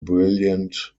brilliant